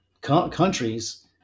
countries